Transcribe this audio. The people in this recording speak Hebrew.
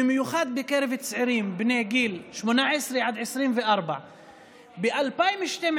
במיוחד בקרב צעירים בני גיל 18 עד 24. ב-2012